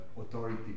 authority